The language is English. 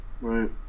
right